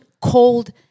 Cold